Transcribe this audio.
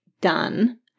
done